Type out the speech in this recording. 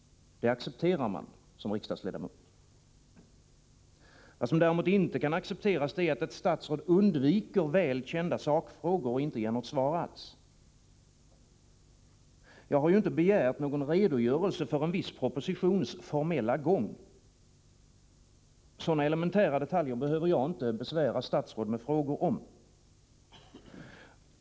Det accepterar man som riksdagsledamot. Vad som däremot inte kan accepteras är, att ett statsråd undviker väl kända sakfrågor och inte ger något svar alls. Jag har inte begärt någon redogörelse för en viss propositions formella gång. Sådana elementära detaljer behöver jag inte besvära statsråd med frågor om.